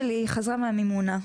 חזרה מהמימונה.